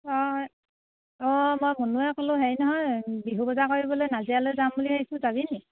অ অঁ মই মনোৱে ক'লোঁ হেৰি নহয় বিহু বজা কৰিবলৈ নাজিৰালৈ যাম বুলি ভাবিছোঁ যাবি নেকি